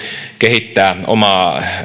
kehittää omaa